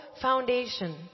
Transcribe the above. foundation